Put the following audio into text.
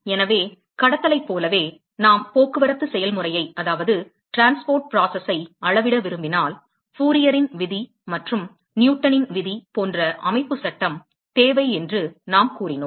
எனவே கடத்தலைப் போலவே நாம் போக்குவரத்து செயல்முறையை அளவிட விரும்பினால் ஃபோரியரின் விதி Fourier's law மற்றும் நியூட்டனின் விதி Newtons law போன்ற அமைப்பு சட்டம் தேவை என்று நாம் கூறினோம்